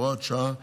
הוראת שעה,